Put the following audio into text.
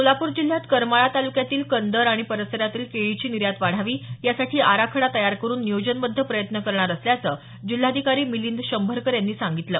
सोलापूर जिल्ह्यात करमाळा तालुक्यातील कंदर आणि परिसरातील केळीची निर्यात वाढावी यासाठी आराखडा तयार करुन नियोजनबध्द प्रयत्न करणार असल्याचं जिल्हाधिकारी मिलिंद शंभरकर यांनी काल सांगितलं